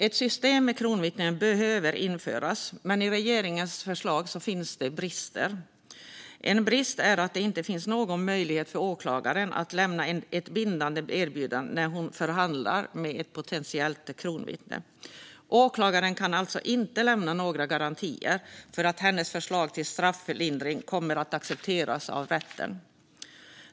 Ett system med kronvittnen behöver införas, men i regeringens förslag finns brister. En brist är att det inte finns någon möjlighet för åklagaren att lämna ett bindande erbjudande när hon förhandlar med ett potentiellt kronvittne. Åklagaren kan alltså inte lämna några garantier för att hennes förslag till strafflindring kommer att accepteras av rätten.